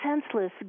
senseless